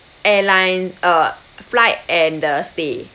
airline uh flight and the stay